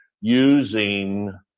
using